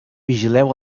vigileu